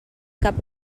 cap